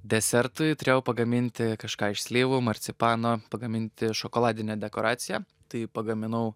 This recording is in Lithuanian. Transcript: desertui turėjau pagaminti kažką iš slyvų marcipano pagaminti šokoladinę dekoraciją tai pagaminau